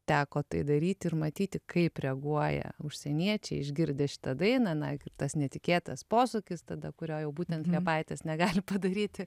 teko tai daryti ir matyti kaip reaguoja užsieniečiai išgirdę šitą dainą na kur tas netikėtas posūkis tada kurio jau būtent liepaitės negali padaryti